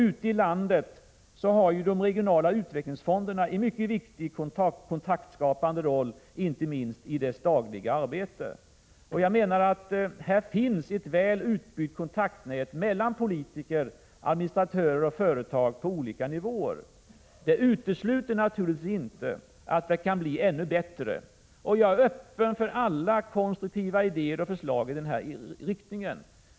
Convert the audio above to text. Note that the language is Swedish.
Ute i landet har de regionala utvecklingsfonderna en mycket viktig kontaktskapande roll, inte minst i det dagliga arbetet. Här finns alltså ett väl utbyggt kontaktnät mellan politiker, administratörer och företag på olika nivåer. Det utesluter naturligtvis inte att det kan bli ännu bättre. Jag är öppen för alla konstruktiva idéer och förslag i den riktningen.